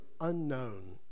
unknown